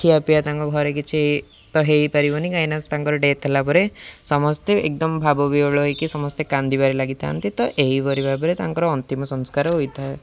ଖିଆ ପିଆ ତାଙ୍କ ଘରେ କିଛି ତ ହେଇପାରିବନି କାହିଁକିନା ତାଙ୍କର ଡେଥ୍ ହେଲା ପରେ ସମସ୍ତେ ଏକଦମ ଭାବବିହ୍ଵଳ ହେଇକି ସମସ୍ତେ କାନ୍ଦିବାରେ ଲାଗିଥାନ୍ତି ତ ଏହିପରି ଭାବରେ ତାଙ୍କର ଅନ୍ତିମ ସଂସ୍କାର ହୋଇଥାଏ